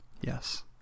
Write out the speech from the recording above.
Yes